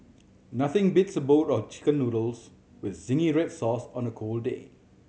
nothing beats a bowl of Chicken Noodles with zingy red sauce on a cold day